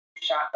shot